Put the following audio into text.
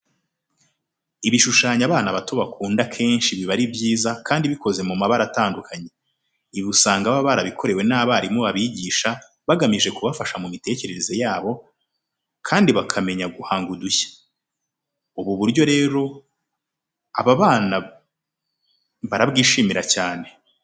Ibikinisho abana bato bakunda akenshi biba ari byiza kandi bikoze mu mabara atandukanye. Ibi usanga baba barabikorewe n'abarimu babigisha bagamije kubafasha mu mitekerereze yabo kandi bakamenya guhanga udushya. Ubu buryo rero aba bana barabwishimira cyane.